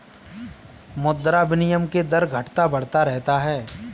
मुद्रा विनिमय के दर घटता बढ़ता रहता है